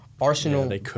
Arsenal